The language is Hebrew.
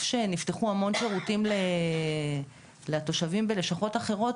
שנפתחו המון שירותים לתושבים בלשכות אחרות,